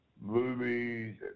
movies